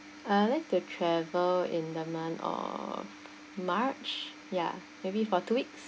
I would like to travel in the month of march ya maybe for two weeks